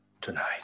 tonight